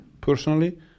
personally